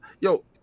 Yo